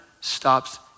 stops